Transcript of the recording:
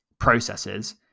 processes